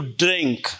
drink